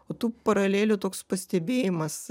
o tų paralelių toks pastebėjimas